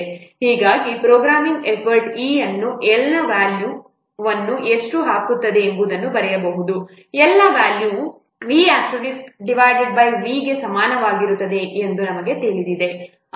ಹೀಗಾಗಿ programming effort E ಅನ್ನು L ನ ವ್ಯಾಲ್ಯೂವನ್ನು ಎಷ್ಟು ಹಾಕುತ್ತದೆ ಎಂದು ಬರೆಯಬಹುದು L ನ ವ್ಯಾಲ್ಯೂವು V V ಗೆ ಸಮಾನವಾಗಿರುತ್ತದೆ ಎಂದು ನಮಗೆ ತಿಳಿದಿದೆ